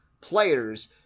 players